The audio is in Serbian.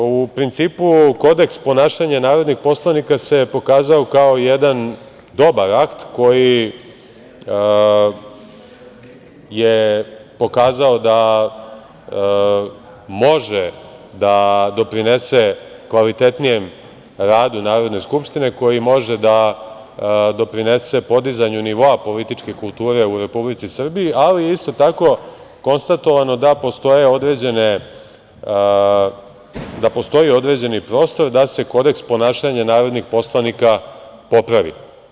U principu, Kodeks ponašanja narodnih poslanika se pokazao kao jedan dobar akt koji je pokazao da može da doprinese kvalitetnijem radu Narodne skupštine, koji može da doprinese podizanju nivoa političke kulture u Republici Srbiji, ali isto tako je konstatovano da postoji određeni prostor da se Kodeks ponašanja narodnih poslanika popravi.